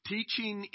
Teaching